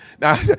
Now